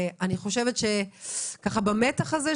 במתח הזה,